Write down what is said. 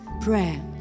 prayer